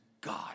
God